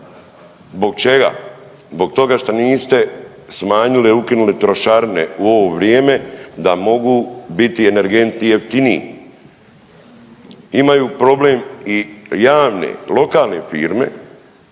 Zbog čega? Zbog toga što niste smanjili, a ukinuli trošarine u ovo vrijeme da mogu biti energenti jeftiniji. Imaju problem i javne, lokalne firme,